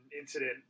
incident